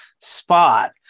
spot